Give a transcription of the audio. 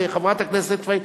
לחברת הכנסת פניה,